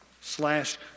slash